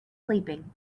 sleeping